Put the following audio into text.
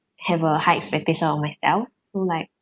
have a high expectation out of myself so like